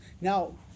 Now